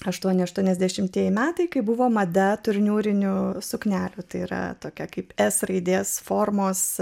aštuoniasdešimtiejimetai kai buvo mada turnyrinių suknelių tai yra tokia kaip s raidės formos